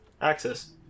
access